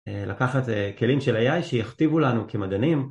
לקחת כלים של ai שיכתיבו לנו כמדענים